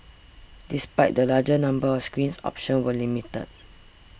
despite the larger number of screens options were limited